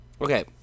Okay